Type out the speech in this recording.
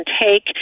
take